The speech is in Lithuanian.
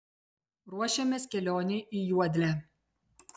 ruošiamės kelionei į juodlę